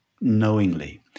knowingly